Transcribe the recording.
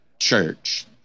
church